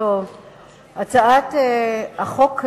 הצעת החוק,